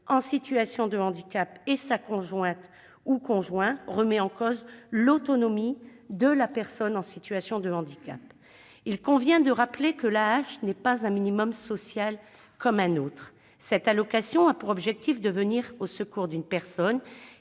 en situation de handicap et sa conjointe ou son conjoint remet en cause l'autonomie de cette personne. Il convient de rappeler que l'AAH n'est pas un minimum social comme un autre : cette allocation a pour objet de venir au secours d'une personne